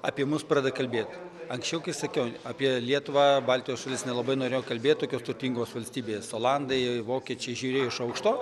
apie mus pradeda kalbėt anksčiau kai sakiau apie lietuvą baltijos šalis nelabai norėjo kalbėt tokios turtingos valstybės olandai vokiečiai žiūrėjo iš aukšto